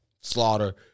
Slaughter